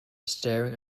staring